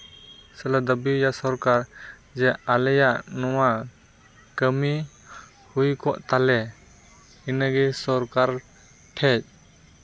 ᱥᱮᱞᱮ ᱫᱟᱹᱵᱤᱭᱟᱭᱟ ᱥᱚᱨᱠᱟᱨ ᱡᱮ ᱟᱞᱮᱭᱟᱜ ᱱᱚᱣᱟ ᱠᱟᱹᱢᱤ ᱦᱩᱭ ᱠᱚᱜ ᱛᱟᱞᱮ ᱤᱱᱟᱹᱜᱮ ᱥᱚᱨᱠᱟᱨ ᱴᱷᱮᱡ